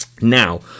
Now